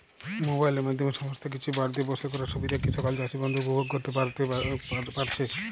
মোবাইলের মাধ্যমে সমস্ত কিছু বাড়িতে বসে করার সুবিধা কি সকল চাষী বন্ধু উপভোগ করতে পারছে?